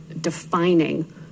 defining